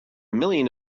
million